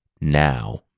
now